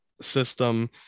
system